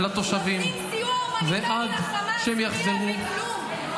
נותנים סיוע הומניטרי לחמאס בלי להביא כלום.